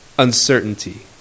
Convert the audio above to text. uncertainty